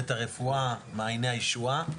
בית הרפואה מעייני הישועה.